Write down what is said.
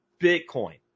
Bitcoin